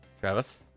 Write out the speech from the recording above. travis